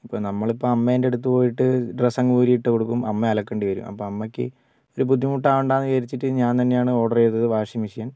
ഇപ്പം നമ്മൾ ഇപ്പം അമ്മേൻ്റെ അടുത്ത് പോയിട്ട് ഡ്രസ്സ് അങ്ങ് ഊരി ഇട്ടുകൊടുക്കും അമ്മ അലക്കേണ്ടി വരും അപ്പോൾ അമ്മയ്ക്ക് ഒരു ബുദ്ധിമുട്ട് ആകണ്ടായെന്നു വിചാരിച്ചിട്ട് ഞാൻ തന്നെയാണ് ഓർഡർ ചെയ്തത് വാഷിംഗ് മെഷീൻ